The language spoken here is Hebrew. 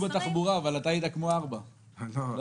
רצו בתחבורה אבל אתה היית כמו ארבעה סגנים,